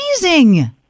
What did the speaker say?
amazing